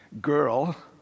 girl